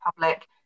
public